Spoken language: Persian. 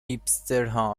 هیپسترها